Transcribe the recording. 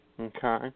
Okay